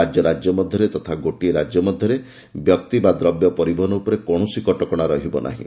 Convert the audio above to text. ରାଜ୍ୟ ରାଜ୍ୟ ମଧ୍ୟରେ ତଥା ଗୋଟିଏ ରାଜ୍ୟ ମଧ୍ୟରେ ବ୍ୟକ୍ତି ବା ଦ୍ରବ୍ୟ ପରିବହନ ଉପରେ କୌଣସି କଟକଣା ରହିବ ନାହିଁ